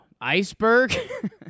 Iceberg